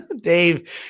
Dave